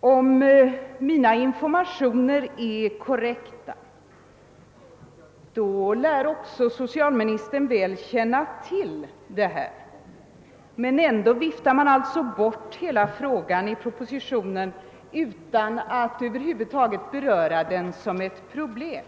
Om mina informationer är korrekta lär också socialministern väl känna till detta, men ändå viftar man i propositionen bort hela frågan utan att över huvud taget beröra den som ett problem.